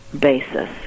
basis